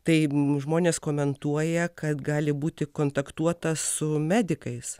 tai žmonės komentuoja kad gali būti kontaktuota su medikais